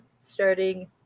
starting